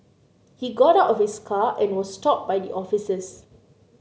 he got out of his car and was stopped by the officers